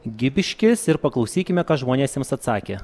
gipiškis ir paklausykime ką žmonės jiems atsakė